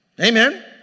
Amen